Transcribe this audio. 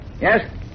Yes